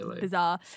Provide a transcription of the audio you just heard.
bizarre